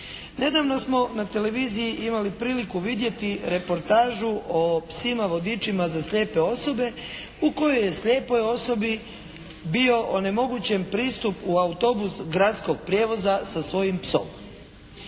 Nedavno smo na televiziji imali priliku vidjeti reportažu o psima vodičima za slijepe osobe u kojoj je slijepoj osobi bio onemogućen pristup u autobus gradskog prijevoza sa svojim psom.